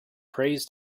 prays